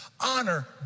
Honor